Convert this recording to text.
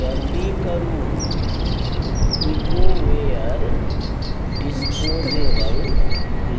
जल्दी करू Ecoware disposable